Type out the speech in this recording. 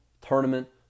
tournament